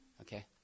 Okay